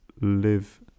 live